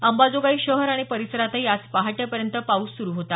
अंबाजोगाई शहर आणि परिसरातही आज पहाटेपर्यंत पाऊस सुरु होता